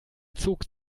zog